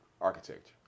Architecture